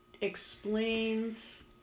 explains